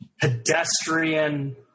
Pedestrian